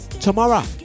tomorrow